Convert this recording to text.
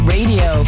Radio